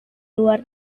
luar